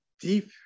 deep